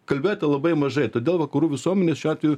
kalbėta labai mažai todėl vakarų visuomenės šiuo atveju